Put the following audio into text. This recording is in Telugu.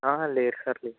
ఆహా లేదు సార్ లేదు